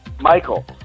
Michael